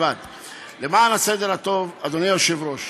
למען הסדר הטוב, אדוני היושב-ראש,